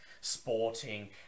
sporting